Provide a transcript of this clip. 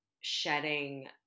shedding